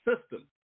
system